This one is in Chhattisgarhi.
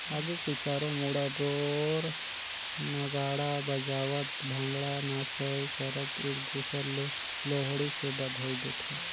आगी के चारों मुड़ा ढोर नगाड़ा बजावत भांगडा नाचई करत एक दूसर ले लोहड़ी के बधई देथे